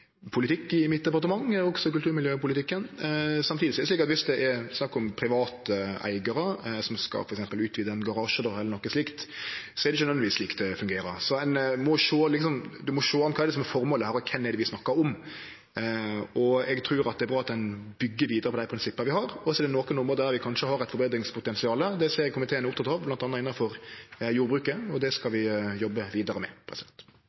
politikk i mitt departement, også i kulturmiljøpolitikken. Samtidig er det slik at viss det er snakk om private eigarar som f.eks. skal utvide ein garasje eller noko slikt, er det ikkje nødvendigvis slik det fungerer. Ein må sjå an kva som er føremålet her, og kven vi snakkar om. Eg trur det er bra at ein byggjer vidare på dei prinsippa vi har, og så er det nokre område der vi kanskje har eit forbetringspotensial. Det ser eg komiteen er oppteken av, bl.a. innanfor jordbruket, og det skal vi jobbe vidare med.